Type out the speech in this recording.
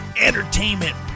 entertainment